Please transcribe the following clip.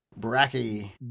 bracky